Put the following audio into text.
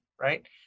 Right